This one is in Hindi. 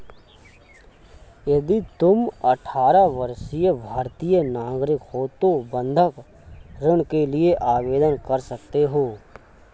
यदि तुम अठारह वर्षीय भारतीय नागरिक हो तो बंधक ऋण के लिए आवेदन कर सकते हो